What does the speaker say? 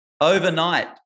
overnight